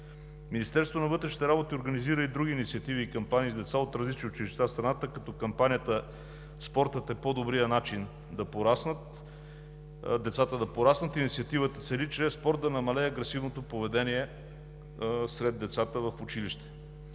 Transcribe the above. Министерството на вътрешните работи организира и други инициативи и кампании с деца от различни училища в страната като кампанията „Спортът е по-добрият начин децата да пораснат“. Инициативата цели чрез спорт да намалее агресивното поведение сред децата в училище.